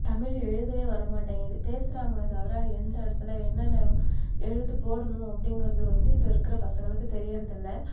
தமிழ் எழுதவே வர மாட்டேங்கிது பேசுகிறாங்களே தவிர அது எந்த இடத்துல என்னென்ன எழுத்து போடணும் அப்படிங்குறது வந்து இப்போ இருக்கிற பசங்களுக்கு தெரியிறது இல்லை